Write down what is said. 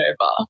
over